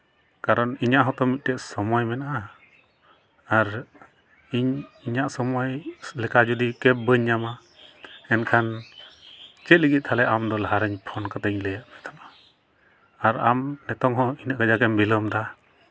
ᱠᱟᱨᱚᱱ ᱤᱧᱟᱹᱜ ᱦᱚᱸᱛᱚ ᱢᱤᱫᱴᱮᱱ ᱥᱚᱢᱚᱭ ᱢᱮᱱᱟᱜᱼᱟ ᱟᱨ ᱤᱧ ᱤᱧᱟᱹᱜ ᱥᱚᱢᱚᱭ ᱞᱮᱠᱟ ᱡᱩᱫᱤ ᱠᱮᱵᱽ ᱵᱟᱹᱧ ᱧᱟᱢᱟ ᱮᱱᱠᱷᱟᱱ ᱪᱮᱫ ᱞᱟᱹᱜᱤᱫ ᱛᱟᱦᱚᱞᱮ ᱟᱢ ᱫᱚ ᱞᱟᱦᱟᱨᱤᱧ ᱯᱷᱳᱱ ᱠᱟᱛᱮ ᱤᱧ ᱞᱟᱹᱭᱟᱫ ᱢᱮ ᱛᱟᱦᱮᱱᱟ ᱟᱨ ᱟᱢ ᱱᱤᱛᱳᱝ ᱦᱚᱸ ᱤᱱᱟᱹᱜ ᱠᱟᱡᱟᱠᱮᱢ ᱵᱤᱞᱚᱢ ᱮᱫᱟ